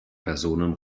personen